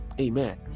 Amen